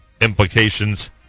implications